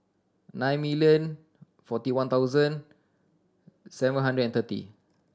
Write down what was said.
nine million forty one thousand seven hundred and thirty